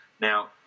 Now